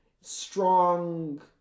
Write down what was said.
strong